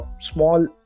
small